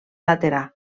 laterà